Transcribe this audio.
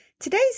Today's